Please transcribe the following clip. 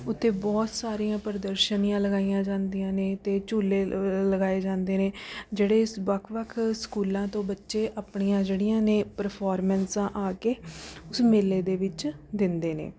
ਉੱਥੇ ਬਹੁਤ ਸਾਰੀਆਂ ਪ੍ਰਦਰਸ਼ਨੀਆਂ ਲਗਾਈਆਂ ਜਾਂਦੀਆਂ ਨੇ ਅਤੇ ਝੂਲੇ ਲ ਲਗਾਏ ਜਾਂਦੇ ਨੇ ਜਿਹੜੇ ਵੱਖ ਵੱਖ ਸਕੂਲਾਂ ਤੋਂ ਬੱਚੇ ਆਪਣੀਆਂ ਜਿਹੜੀਆਂ ਨੇ ਪ੍ਰਫੋਰਮੈਂਸਾਂ ਆ ਕੇ ਉਸ ਮੇਲੇ ਦੇ ਵਿੱਚ ਦਿੰਦੇ ਨੇ